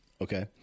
Okay